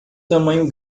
tamanho